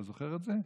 אתה זוכר את זה?